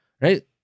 right